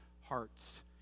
hearts